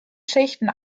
schichten